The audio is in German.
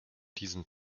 diesen